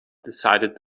decided